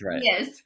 Yes